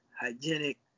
hygienic